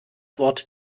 wort